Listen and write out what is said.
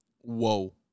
Whoa